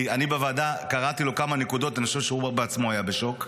כי אני בוועדה קראתי לו כמה נקודות ואני חושב שהוא בעצמו היה בשוק.